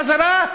ובחזרה,